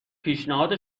پیشنهاد